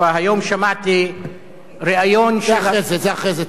היום שמעתי ריאיון את זה אחרי זה תאמר.